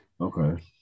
Okay